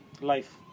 life